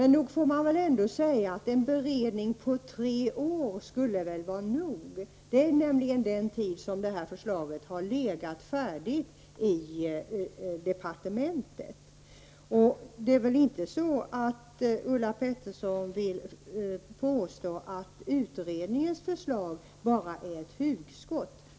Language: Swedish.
Nog får man väl ändå säga att en beredning på tre år skulle kunna vara nog. Det här förslaget har nämligen legat färdigt på departementet under så lång tid. Ulla Pettersson vill väl inte påstå att utredningens förslag bara är ett hugskott.